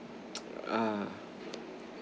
uh